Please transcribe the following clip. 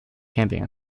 camping